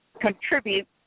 contribute